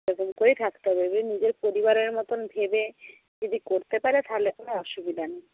এরকম করেই থাকতে হবে নিজের পরিবারের মতন ভেবে যদি করতে পারে তাহলে কোনো অসুবিধা নেই